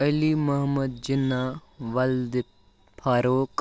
علی محمد جِناح وَلدِ فاروق